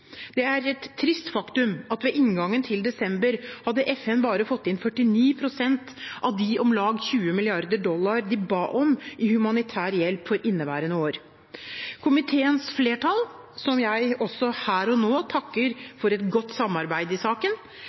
Det er et trist faktum at ved inngangen til desember hadde FN bare fått inn 49 pst. av de om lag 20 mrd. dollar de ba om i humanitær hjelp for inneværende år. Komiteens flertall, som jeg også her og nå takker for et godt samarbeid i saken,